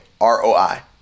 R-O-I